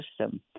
system